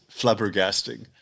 Flabbergasting